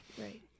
Right